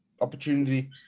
opportunity